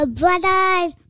brothers